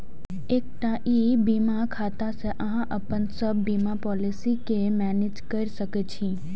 एकटा ई बीमा खाता सं अहां अपन सब बीमा पॉलिसी कें मैनेज कैर सकै छी